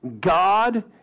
God